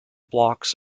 blocks